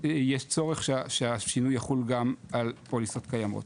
יש צורך שהשינוי יחול גם על פוליסות קיימות.